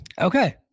Okay